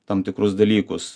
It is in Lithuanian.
tam tikrus dalykus